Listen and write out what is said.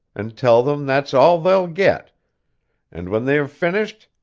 and tell them that's all they'll get and when they have finished,